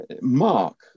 Mark